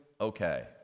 okay